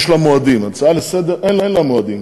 יש לה מועדים, הצעה לסדר-היום, אין לה מועדים.